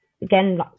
again